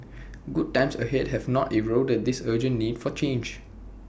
good times ahead have not eroded this urgent need for change